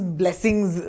blessings